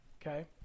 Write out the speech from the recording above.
okay